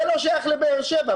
זה לא שייך לבאר שבע.